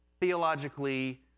theologically